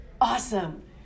awesome